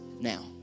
now